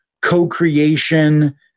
co-creation